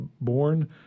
born